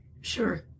Sure